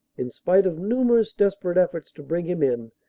in spite of numerous desper ate efforts to bring him in,